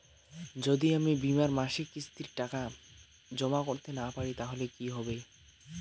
যদি আমি বীমার মাসিক কিস্তির টাকা জমা করতে না পারি তাহলে কি হবে?